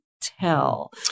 tell